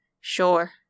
Sure